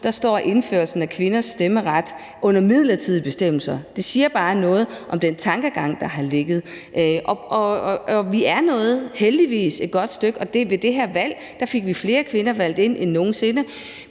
der står indførelsen af kvinders stemmeret under midlertidige bestemmelser. Det siger bare noget om den tankegang, der har ligget. Vi er heldigvis nået et godt stykke af vejen, og vi fik ved det her valg valgt flere kvinder ind end nogen sinde.